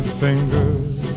fingers